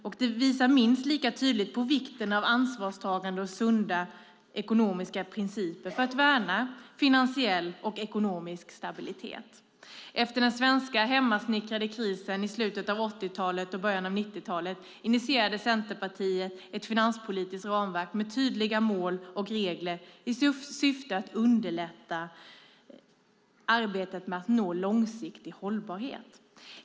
Och det visar minst lika tydligt på vikten av ansvarstagande och sunda ekonomiska principer för att värna finansiell och ekonomisk stabilitet. Efter den svenska hemmasnickrade krisen i slutet av 1980 och början av 1990-talet initierade Centerpartiet ett finanspolitiskt ramverk med tydliga mål och regler i syfte att underlätta arbetet med att nå långsiktig hållbarhet.